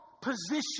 position